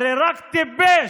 הרי רק טיפש